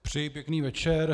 Přeji pěkný večer.